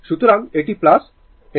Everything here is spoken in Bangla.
সুতরাং এটি এটি